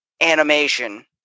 animation